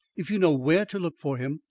if you know where to look for him,